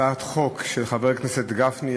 הצעת חוק של חברי הכנסת משה גפני,